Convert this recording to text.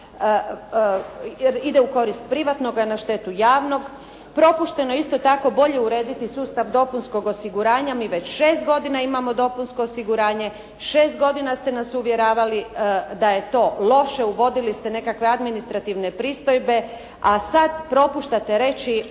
ide u korist privatnog a na štetu javnog. Propušteno je isto tako bolje urediti sustav dopunskog osiguranja. Mi već 6 godina imamo dopunsko osiguranje, 6 godina ste nas uvjeravali da je to loše, uvodili ste nekakve administrativne pristojbe, a sada propuštate reći